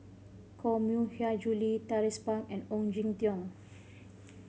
Koh Mui Hiang Julie Tracie Pang and Ong Jin Teong